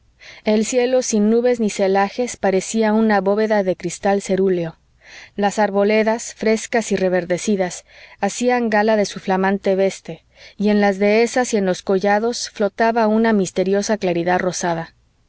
el cielo sin nubes ni celajes parecía una bóveda de cristal cerúleo las arboledas frescas y reverdecidas hacían gala de su flamante veste y en las dehesas y en los collados flotaba una misteriosa claridad rosada